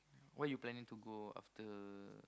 where you planning to go after